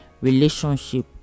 relationship